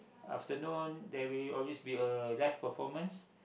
afternoon there will always be a live performance